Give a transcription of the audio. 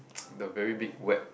the very big wet